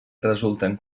resulten